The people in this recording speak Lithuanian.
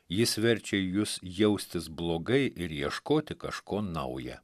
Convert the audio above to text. jis verčia jus jaustis blogai ir ieškoti kažko nauja